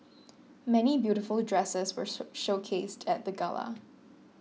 many beautiful dresses were show showcased at the gala